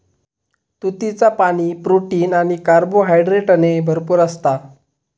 तुतीचा पाणी, प्रोटीन आणि कार्बोहायड्रेटने भरपूर असता